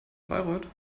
bayreuth